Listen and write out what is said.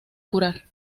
curar